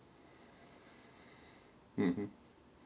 mmhmm